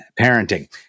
parenting